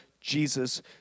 Jesus